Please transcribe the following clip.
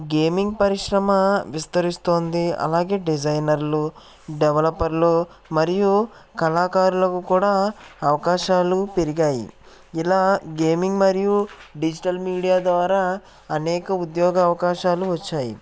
gaming పరిశ్రమ విస్తరిస్తోంది అలాగే డిజైనర్లు డెవలపర్లు మరియు కళాకారులకు కూడా అవకాశాలు పెరిగాయి ఇలా గేమింగ్ మరియు డిజిటల్ మీడియా ద్వారా అనేక ఉద్యోగ అవకాశాలు వచ్చాయి